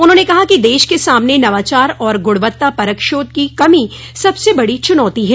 उन्होंने कहा कि देश के सामने नवाचार और गुणवत्ता परक शोध की कमी सबसे बड़ी चुनौती है